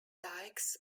dikes